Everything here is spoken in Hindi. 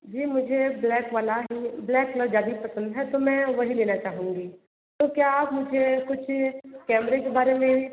जी मुझे ब्लैक वाला ही ब्लैक कलर ज़्यादा ही पसंद है तो मैं वही लेना चाहूंगी तो क्या आप मुझे कुछ कैमरे के बारे में